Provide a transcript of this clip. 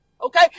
Okay